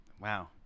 Wow